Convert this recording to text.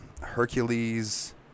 Hercules